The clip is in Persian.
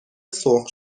سرخ